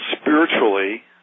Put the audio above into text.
spiritually